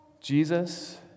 Jesus